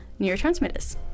neurotransmitters